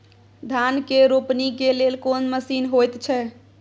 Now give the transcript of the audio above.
धान के रोपनी के लेल कोन मसीन होयत छै?